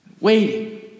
waiting